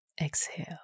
Exhale